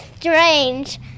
strange